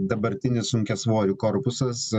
dabartinis sunkiasvorių korpusas